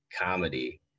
comedy